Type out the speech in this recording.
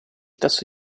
tasso